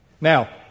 Now